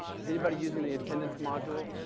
is anybody using the attendance module?